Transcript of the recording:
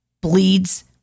bleeds